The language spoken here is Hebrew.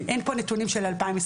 אין פה נתונים של 2021,